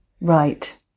Right